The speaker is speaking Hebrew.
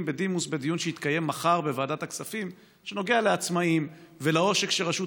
בדימוס גם בדיון שיתקיים מחר בוועדת הכספים בנוגע לעצמאים ולעושק שרשות